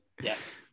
Yes